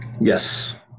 Yes